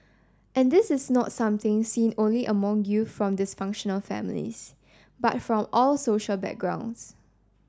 and this is not something seen only among youth from dysfunctional families but from all social backgrounds